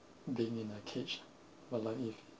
being in a cage but like if